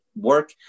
work